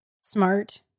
smart